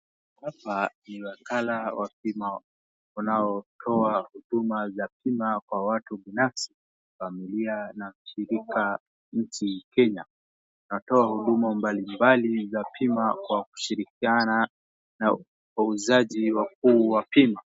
Hapa ni wakala wa bima unaotoa huduma za bima kwa watu binafsi, familia na ushirika nchi Kenya. Inatoa huduma mbalimbali za bima kwa kushirikiana na wauzaji wakuu wa bima.